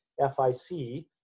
FIC